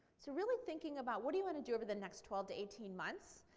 so really thinking about what do you want to do over the next twelve to eighteen months,